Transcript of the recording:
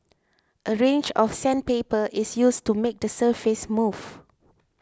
a range of sandpaper is used to make the surface smooth